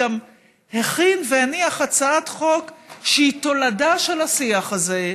גם הכינה והניחה הצעת חוק שהיא תולדה של השיח הזה,